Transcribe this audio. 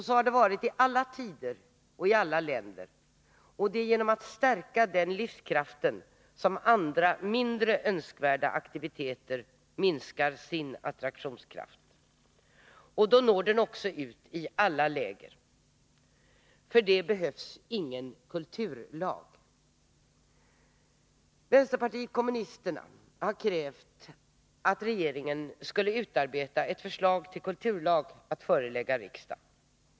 Så har det varit i alla tider och i alla länder. Och det är genom att stärka den livskraften som andra, mindre önskvärda aktiviteter minskar sin attraktionskraft. Då når kulturen också ut i alla läger. För det behövs det ingen kulturlag. Vänsterpartiet kommunisterna har krävt att regeringen skall utarbeta ett förslag till kulturlag att förelägga riksdagen.